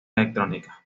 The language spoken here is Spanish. electrónica